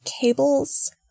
cables